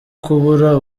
kubura